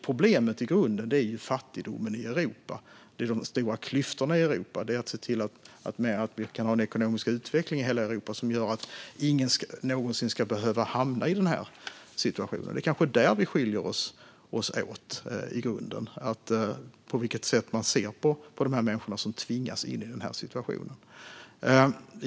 Problemet är i grunden fattigdomen i Europa och de stora klyftorna i Europa. Det handlar om att se till att vi kan ha en ekonomisk utveckling i hela Europa som gör att ingen någonsin ska behöva hamna i den här situationen. Det är kanske där vi skiljer oss åt i grunden. Det handlar om på vilket sätt man ser på de människor som tvingas in i denna situation.